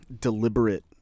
deliberate